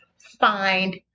find